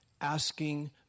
asking